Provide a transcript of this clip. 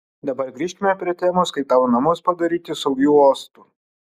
dabar grįžkime prie temos kaip tavo namus padaryti saugiu uostu